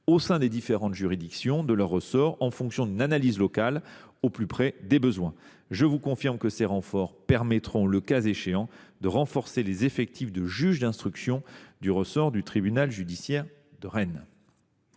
au sein des différentes juridictions de leur ressort en fonction d’une analyse locale, au plus près des besoins. Je vous confirme que ces renforts permettront, le cas échéant, de renforcer les effectifs de juges d’instruction du ressort du tribunal judiciaire de Rennes.